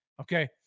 Okay